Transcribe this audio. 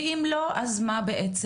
ואם לא אז מה בעצם?